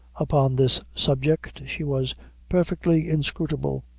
upon this subject she was perfectly inscrutable.